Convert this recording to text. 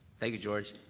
thank you, george.